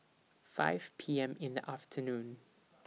five P M in The afternoon